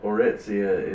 Oretzia